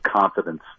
confidence